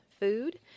food